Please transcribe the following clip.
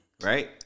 right